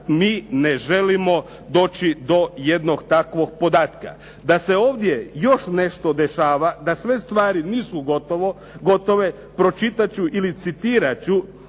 mi ne želimo doći do jednog takvog podatka. Da se ovdje još nešto dešava, da sve stvari nisu gotove, pročitat ću ili citirati